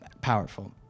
powerful